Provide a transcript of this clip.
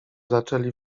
zaczęli